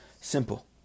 Simple